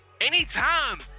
anytime